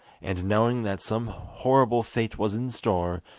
and knowing that some horrible fate was in store,